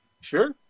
Sure